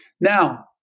Now